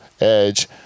edge